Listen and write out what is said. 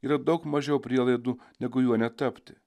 yra daug mažiau prielaidų negu juo netapti